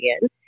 again